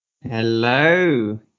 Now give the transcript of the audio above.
hello